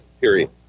period